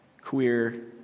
queer